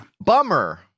Bummer